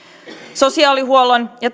sosiaalihuollon ja